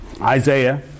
Isaiah